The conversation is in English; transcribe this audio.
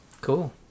cool